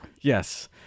Yes